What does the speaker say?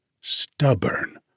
stubborn